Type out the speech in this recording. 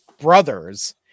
brothers